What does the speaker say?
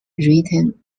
written